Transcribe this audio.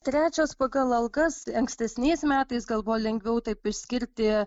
trečias pagal algas ankstesniais metais gal buvo lengviau taip išskirti